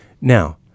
Now